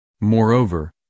Moreover